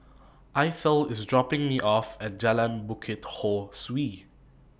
Eithel IS dropping Me off At Jalan Bukit Ho Swee